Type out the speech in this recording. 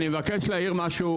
אני מבקש להעיר משהו.